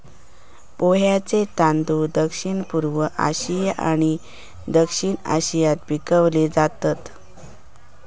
पोह्यांचे तांदूळ दक्षिणपूर्व आशिया आणि दक्षिण आशियात पिकवले जातत